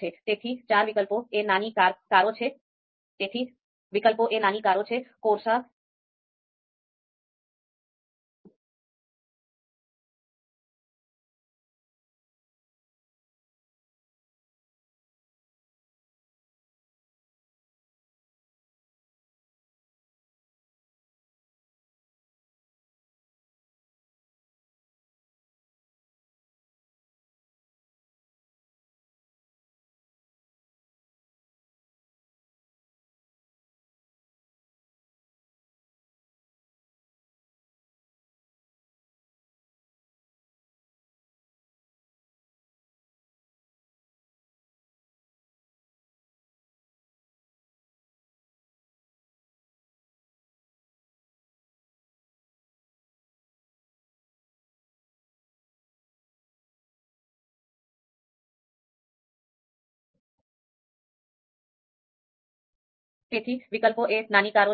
તેથી વિકલ્પો એ નાની કારો